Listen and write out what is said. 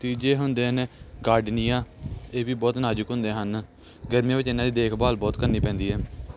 ਤੀਜੇ ਹੁੰਦੇ ਨੇ ਗਾਡਨੀਆਂ ਇਹ ਵੀ ਬਹੁਤ ਨਾਜ਼ੁਕ ਹੁੰਦੇ ਹਨ ਗਰਮੀਆਂ ਵਿੱਚ ਇਹਨਾਂ ਦੀ ਦੇਖਭਾਲ ਬਹੁਤ ਕਰਨੀ ਪੈਂਦੀ ਹੈ